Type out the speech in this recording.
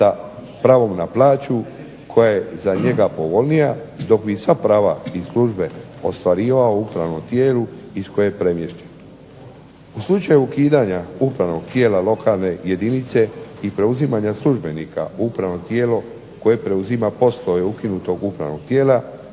sa pravom na plaću koja je za njega povoljnija dok bi sva prava iz službe ostvarivao u upravnom tijelu iz kojeg je premješten. U slučaju ukidanja upravnog tijela lokalne jedinice i preuzimanja službenika u upravno tijelo koje preuzima poslove ukinutog upravnog tijela